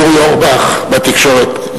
אורי אורבך מהתקשורת,